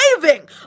saving